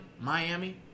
Miami